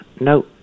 No